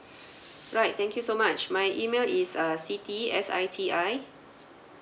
right thank you so much my email is uh siti s i t i